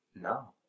No